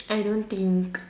I don't think